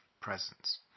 presence